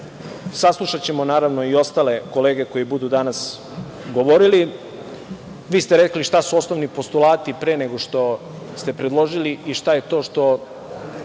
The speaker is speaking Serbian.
Saslušaćemo, naravno, i ostale kolege koje budu danas govorile. Vi ste rekli šta su ostali postulati pre nego što ste predložili i šta je to što